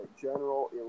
general